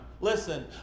Listen